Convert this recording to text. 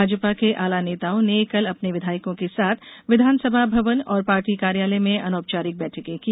भाजपा के आला नेताओं ने कल अपने विधायकों के साथ विधानसभा भवन और पार्टी कार्यालय में अनौपचारिक बैठकें की